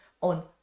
on